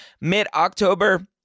mid-October